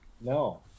No